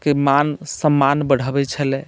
के मान सम्मान बढ़बैत छलै